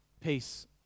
peace